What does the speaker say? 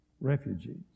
refugees